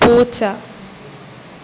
പൂച്ച